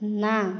ନା